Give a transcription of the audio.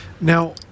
Now